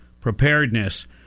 preparedness